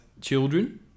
children